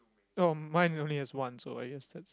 oh mine only has one so I guess that's